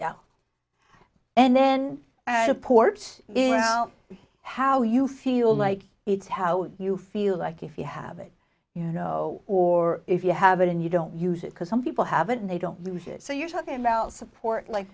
yeah and then and reports how you feel like it's how you feel like if you have it you know or if you have it and you don't use it because some people have it and they don't lose it so you're talking about support like